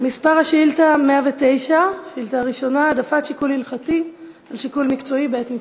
שאילתה מס' 109: העדפת שיקול הלכתי על שיקול מקצועי בעת ניתוח.